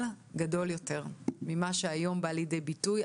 גדול יותר ממה שהיום בא לידי ביטוי.